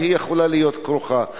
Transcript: שהיא יכולה להיות כרוכה בסיבוך,